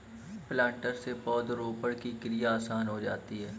planter से पौधरोपण की क्रिया आसान हो जाती है